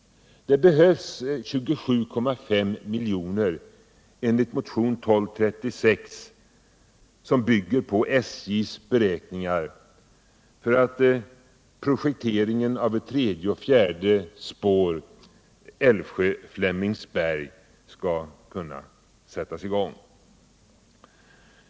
Det behövs 27,5 miljoner enligt motionen 1236 — påståendet bygger på SJ:s beräkningar — för att arbetet på ett tredje och ett fjärde spår Älvsjö-Flemings 31 berg skall kunna sättas i gång.